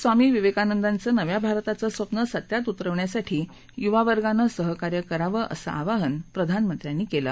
स्वामी विवेकानंदांचं नव्या भारताचं स्वप्न सत्यात उतरवण्यासाठी युवावर्गानं सहकार्य करावं असं आवाहन प्रधानमंत्र्यांनी केलं